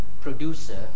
producer